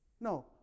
No